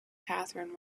catherine